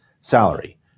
salary